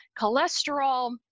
cholesterol